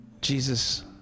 Jesus